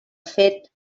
fet